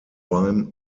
beim